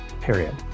period